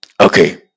Okay